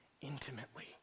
intimately